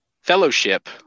fellowship